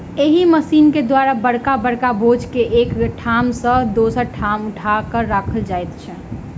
एहि मशीन के द्वारा बड़का बड़का बोझ के एक ठाम सॅ दोसर ठाम उठा क राखल जाइत अछि